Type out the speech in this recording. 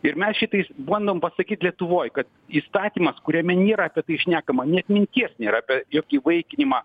ir mes šitais bandom pasakyt lietuvoj kad įstatymas kuriame nėra apie tai šnekama net minties nėra apie jokį įvaikinimą